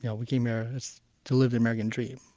yeah we came here to live the american dream.